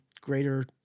greater